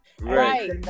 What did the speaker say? Right